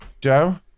Joe